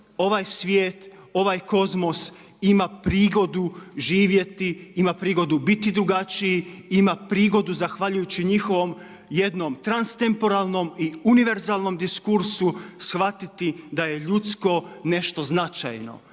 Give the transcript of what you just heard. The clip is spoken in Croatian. ovaj svijet, ovaj kozmos ima prigodu živjeti, ima prigodu biti drugačiji, ima prigodu zahvaljujući njihovom jednom transtemoporalnom i univerzalnom diskursu shvatiti da je ljudsko nešto značajno,